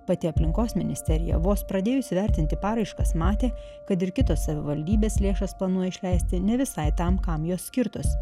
pati aplinkos ministerija vos pradėjus vertinti paraiškas matė kad ir kitos savivaldybės lėšas planuoja išleisti ne visai tam kam jos skirtos